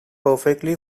perfectly